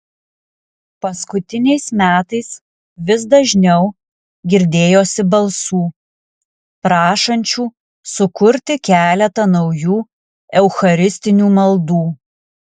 paskutiniais metais vis dažniau girdėjosi balsų prašančių sukurti keletą naujų eucharistinių maldų